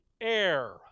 air